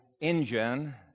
engine